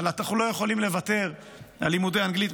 אבל אנחנו לא יכולים לוותר על לימודי אנגלית,